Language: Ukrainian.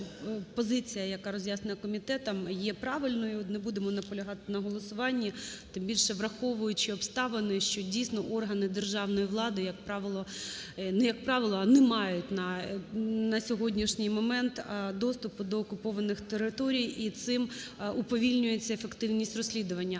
позиція, яка роз'яснена комітетом, є правильною. Не будемо наполягати на голосуванні, тим більше враховуючи обставини, що, дійсно, органи державної влади, як правило, не як правило, а не мають на сьогоднішній момент доступу до окупованих територій. І цим уповільнюється ефективність розслідування.